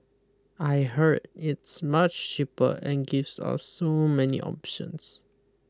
I heard it's much cheaper and gives us so many options